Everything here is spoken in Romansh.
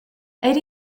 eir